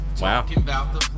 Wow